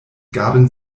gaben